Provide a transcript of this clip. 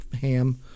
ham